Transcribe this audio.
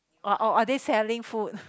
oh are are they selling food